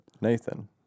Nathan